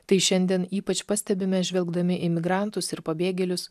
tai šiandien ypač pastebime žvelgdami į migrantus ir pabėgėlius